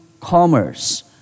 commerce